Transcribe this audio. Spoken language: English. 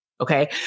okay